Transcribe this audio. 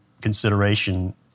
consideration